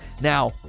Now